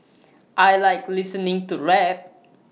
I Like listening to rap